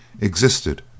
existed